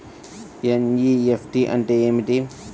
NEFT అంటే ఏమిటీ?